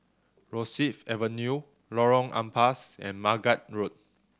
Rosyth Avenue Lorong Ampas and Margate Road